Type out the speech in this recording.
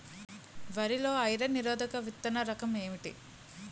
వరి లో ఐరన్ నిరోధక విత్తన రకం ఏంటి?